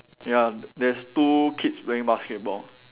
ya there's two kids playing basketball